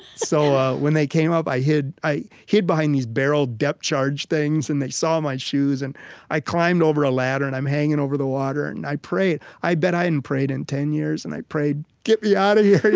so when they came up i hid i hid behind these barrel depth-charge things and they saw my shoes and i climbed over a ladder and i'm hanging over the water and i prayed i bet i hadn't prayed in ten years and i prayed, get me out of here,